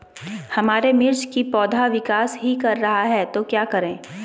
हमारे मिर्च कि पौधा विकास ही कर रहा है तो क्या करे?